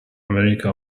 america